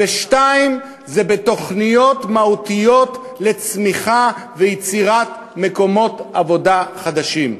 2. בתוכניות מהותיות לצמיחה ויצירת מקומות עבודה חדשים.